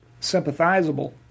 sympathizable